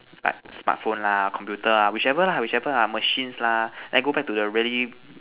like smartphone lah computer ah whichever lah whichever ah machines lah then go back to the really